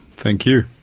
thank you.